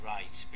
Right